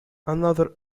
another